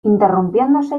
interrumpiéndose